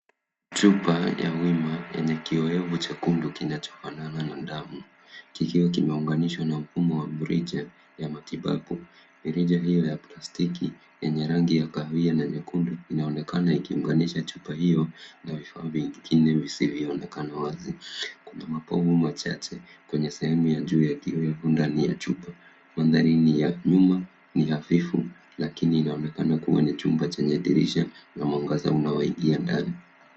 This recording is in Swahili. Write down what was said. Chupa ya wima yenye kiyoyovu chekundu kinachofanana na damu kikiwa kimeunganishwa na mfumo wa mirija ya matibabu. Mirija hiyo ya plastiki yenye rangi ya kahawia na nyekundu inaonekana ikiunganisha chupa hiyo na vifaa vingine visivyoonekana wazi. Kuna mapovu machache kwenye sehemu ya juu ya kiowevu ndani ya chupa. Mandhari ni ya nyuma ni hafifu lakini inaonekana ni chumba chenye dirisha na mwangaza unaoingia ndani.